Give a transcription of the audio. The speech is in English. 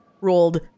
rolled